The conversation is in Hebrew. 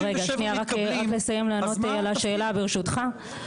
רק לסיים לענות על השאלה, ברשותך.